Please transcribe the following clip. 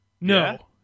No